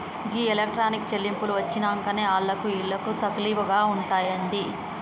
గీ electronic చెల్లింపులు వచ్చినంకనే ఆళ్లకు ఈళ్లకు తకిలీబ్ గాకుంటయింది